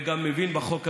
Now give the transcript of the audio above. וגם מבין בחוק הזה.